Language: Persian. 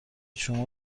شما